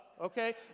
okay